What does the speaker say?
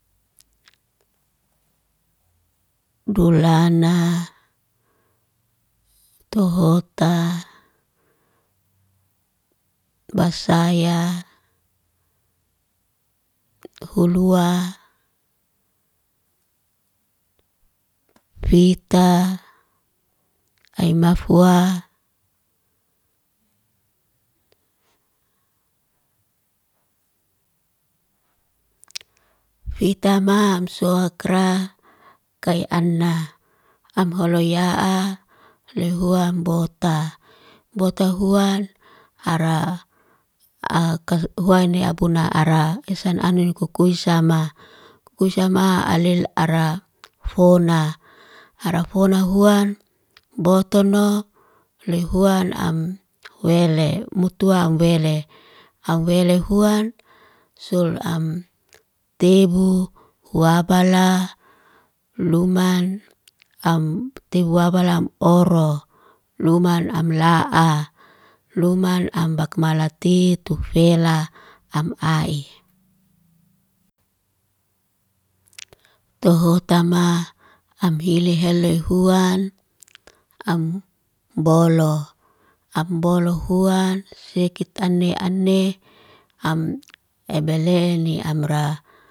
Dulana tohota basaya huluwa fita aimafwa, fita mam soakra kai ana. Amholo yaa li huan bota. Bota huan ara ahuayni abuna ara, esan anin kukuisama. Kukuisama alil ara fona. Ara fona huan, botono, li huan amwele. Mutwa amwele. Amwele huan sul am tebu, wabala luman, am tebu wabala oro. Luman am laa. Luman am bakmalati tufela am'ai. tohotama amhili heloy huan, ambolo. Ambolo huan, sikit ane ane, ambele ni amra.